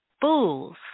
fools